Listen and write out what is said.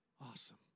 Awesome